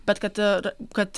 bet kad ir kad